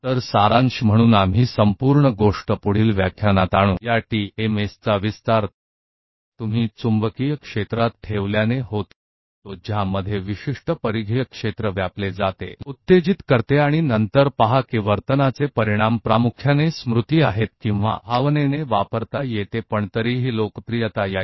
तो बस लपेटने के लिए यह पूरी तरह से एक ही चीज़ को अगले व्याख्यान में लाएगा यह टीएमएस आपके द्वारा विस्तारित किया गया है इसे चुंबकीय क्षेत्र में डाल दें जो एक निश्चित परिधि क्षेत्र को उत्तेजित करता है और फिर देखें कि व्यवहार के परिणाम मुख्य रूप से स्मृति या भावना से उपयोग हो सकते हैं लेकिन यह अभी भी यह बात लोकप्रियता में आना है